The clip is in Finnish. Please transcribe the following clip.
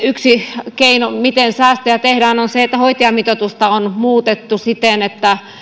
yksi keino miten säästöjä tehdään on se että hoitajamitoitusta on muutettu siten että